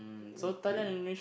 okay